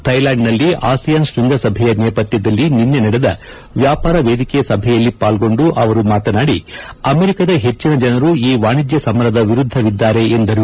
ಥೈಲಾಂಡ್ನಲ್ಲಿ ASEAN ಶೃಂಗಸಭೆಯ ನೇಪಥ್ವದಲ್ಲಿ ನಿನ್ನೆ ನಡೆದ ವ್ವಾಪಾರ ವೇದಿಕೆ ಸಭೆಯಲ್ಲಿ ಪಾಲ್ಗೊಂಡು ಅವರು ಮಾತನಾಡಿ ಅಮೆರಿಕಾದ ಹೆಚ್ಚಿನ ಜನರು ಈ ವಾಣಿಜ್ಞ ಸಮರದ ವಿರುದ್ದವಿದ್ದಾರೆ ಎಂದರು